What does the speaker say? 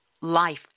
life